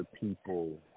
people